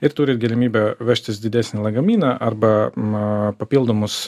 ir turit galimybę vežtis didesnį lagaminą arba na papildomus